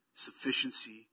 sufficiency